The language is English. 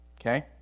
okay